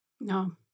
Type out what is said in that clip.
No